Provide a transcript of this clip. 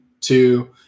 two